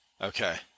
Okay